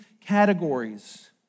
categories